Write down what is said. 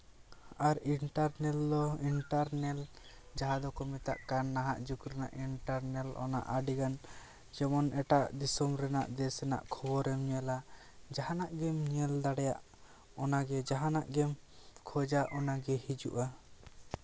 ᱟᱨ internet ᱫᱚ internet ᱡᱟᱦᱟᱸ ᱫᱚᱠᱚ ᱢᱮᱛᱟᱜ ᱠᱟᱱ ᱱᱟᱦᱟᱜ ᱡᱩᱜᱽ ᱨᱮᱱᱟᱜ ᱤᱱᱴᱟᱨᱱᱮᱞ ᱚᱱᱟ ᱟᱹᱰᱤᱜᱟᱱ ᱡᱮᱢᱚᱱ ᱮᱴᱟᱜ ᱫᱤᱥᱚᱢ ᱨᱮᱱᱟᱜ ᱫᱮᱥ ᱨᱮᱱᱟᱜ ᱠᱷᱚᱵᱚᱨᱮᱢ ᱧᱮᱞᱟ ᱡᱟᱦᱟᱱᱟᱜ ᱜᱮᱢ ᱧᱮᱞ ᱫᱟᱲᱮᱭᱟᱜ ᱚᱱᱟᱜᱮ ᱡᱟᱦᱟᱱᱟᱜ ᱜᱮ ᱠᱷᱚᱡᱟ ᱚᱱᱟᱜᱮ ᱦᱤᱡᱩᱜᱼᱟ